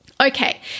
Okay